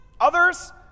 Others